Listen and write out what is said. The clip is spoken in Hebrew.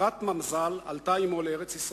בת-מזל, עלתה עמו לארץ-ישראל.